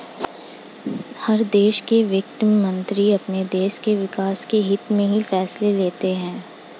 हर देश के वित्त मंत्री अपने देश के विकास के हित्त में ही फैसले लेते हैं